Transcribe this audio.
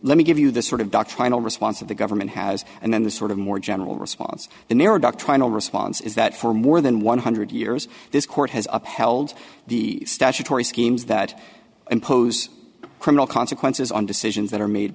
let me give you the sort of doctrinal response of the government has and then the sort of more general response the nearer doctrinal response is that for more than one hundred years this court has upheld the statutory schemes that impose criminal consequences on decisions that are made